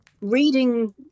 reading